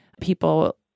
people